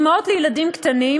אימהות לילדים קטנים,